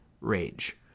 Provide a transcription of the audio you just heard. rage